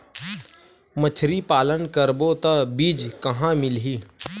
मछरी पालन करबो त बीज कहां मिलही?